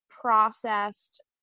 processed